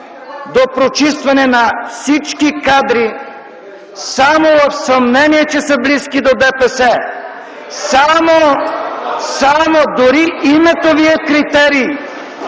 до прочистване на всички кадри само в съмнение, че са близки до ДПС, дори само името ви е критерий!